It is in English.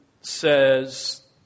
says